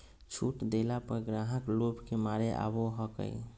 छुट देला पर ग्राहक लोभ के मारे आवो हकाई